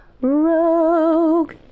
rogue